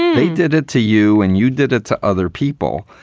they did it to you and you did it to other people.